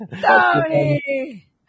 Tony